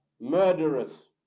murderous